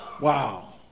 wow